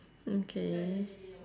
mm K